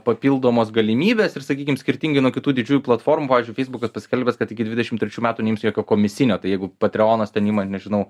papildomos galimybės ir sakykim skirtingai nuo kitų didžiųjų platformų pavyzdžiui feisbukas paskelbęs kad iki dvidešim trečių metų neims jokio komisinio tai jeigu patreonas ten ima nežinau